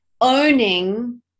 owning